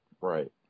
Right